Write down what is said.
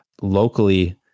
locally